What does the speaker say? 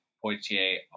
Poitiers